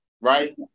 right